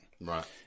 Right